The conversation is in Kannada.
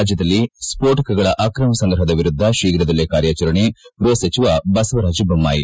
ರಾಜ್ಯದಲ್ಲಿ ಸ್ಫೋಟಕಗಳ ಆಕ್ರಮ ಸಂಗ್ರಹದ ವಿರುದ್ದ ಶೀಘದಲ್ಲೇ ಕಾರ್ಯಾಚರಣೆ ಗೃಹ ಸಚಿವ ಬಸವರಾಜ ಬೊಮ್ಹಾಯಿ